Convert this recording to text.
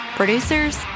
producers